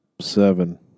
Seven